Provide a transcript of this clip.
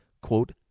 quote